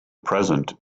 present